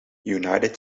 united